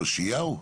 יאשיהו?